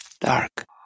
dark